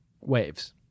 waves